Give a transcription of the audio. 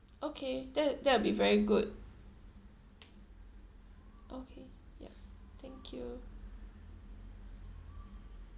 okay that that will be very good okay yup thank you